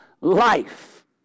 life